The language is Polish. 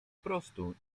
prostu